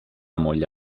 moglie